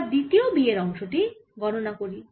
এবার দ্বিতীয় B এর অংশ টি গণনা করি